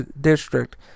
district